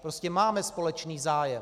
Prostě máme společný zájem.